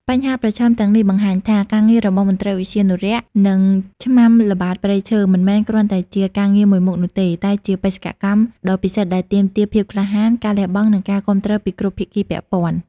បញ្ហាប្រឈមទាំងនេះបង្ហាញថា ការងាររបស់មន្ត្រីឧទ្យានុរក្ស និងឆ្មាំល្បាតព្រៃឈើ មិនមែនគ្រាន់តែជាការងារមួយមុខនោះទេ តែជាបេសកកម្មដ៏ពិសិដ្ឋដែលទាមទារភាពក្លាហាន ការលះបង់ និងការគាំទ្រពីគ្រប់ភាគីពាក់ព័ន្ធ។